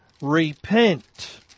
repent